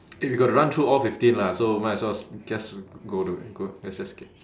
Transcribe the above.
eh we got to run through all fifteen lah so might as well just go do go let's just get